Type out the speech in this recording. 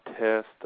test